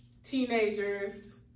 teenagers